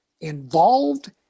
involved